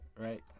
Right